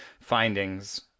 findings